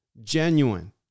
genuine